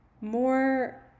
more